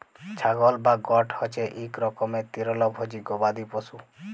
ছাগল বা গট হছে ইক রকমের তিরলভোজী গবাদি পশু